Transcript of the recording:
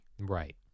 Right